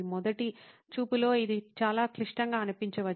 మొదటి చూపులో ఇది చాలా క్లిష్టంగా అనిపించవచ్చు